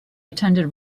attended